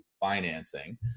financing